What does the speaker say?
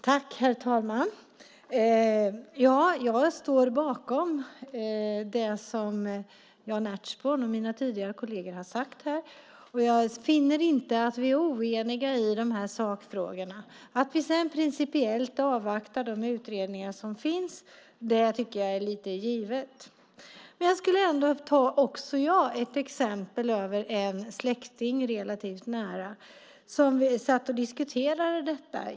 Herr talman! Jag står bakom det som Jan Ertsborn och mina kolleger tidigare har sagt här. Jag finner inte att vi är oeniga i de här sakfrågorna. Att vi sedan principiellt avvaktar de utredningar som finns tycker jag är givet. Också jag skulle vilja ta ett exempel med en släkting, relativt nära, som jag satt och diskuterade detta med.